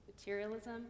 materialism